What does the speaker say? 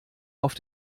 auf